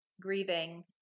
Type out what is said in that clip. grieving